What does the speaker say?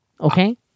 okay